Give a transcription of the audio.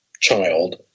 child